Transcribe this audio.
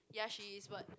ya she is but